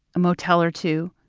a motel or two.